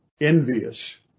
envious